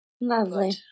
Lovely